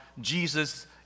Jesus